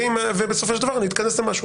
בסופו של דבר נתכנס למשהו.